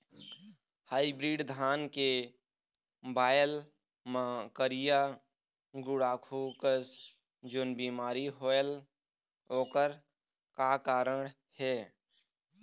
Hybrid धान के बायेल मां करिया गुड़ाखू कस जोन बीमारी होएल ओकर का कारण हे?